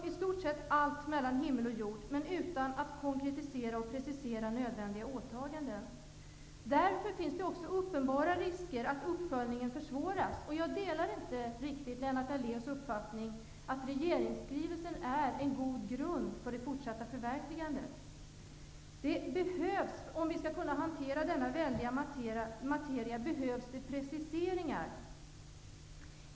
I stort sett tas allt mellan himmel och jord upp, dock utan en konkretisering och precisering av nödvändiga åtaganden. Därför finns det uppenbara risker att uppföljningen försvåras. Jag delar inte riktigt Lennart Daléus uppfattning att regeringsskrivelsen är en god grund för det fortsatta förverkligandet. Om vi skall kunna hantera denna väldiga materia, behövs det preciseringar.